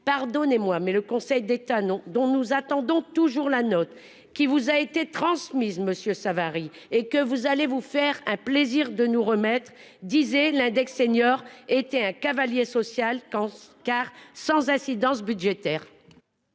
Pardonnez-moi, mais le Conseil d'État. Non. Dont nous attendons toujours la note qui vous a été transmise Monsieur Savary et que vous allez vous faire un plaisir de nous remettre disait l'index senior était un cavalier social quand car sans incidence budgétaire.